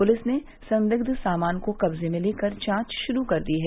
police ने संदिग्ध सामान को कब्जे में लेकर जांच शुरू कर दी है